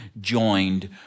joined